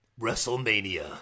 Wrestlemania